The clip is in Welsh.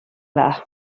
dda